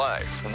Life